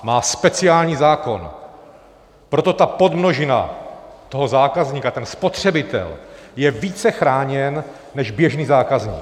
Má speciální zákon, proto ta podmnožina toho zákazníka, ten spotřebitel, je více chráněn než běžný zákazník.